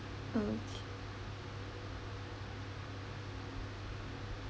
okay